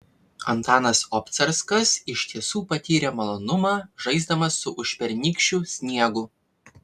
antanas obcarskas iš tiesų patyrė malonumą žaisdamas su užpernykščiu sniegu